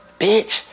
Bitch